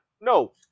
No